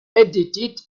edited